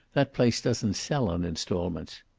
that place doesn't sell on installments.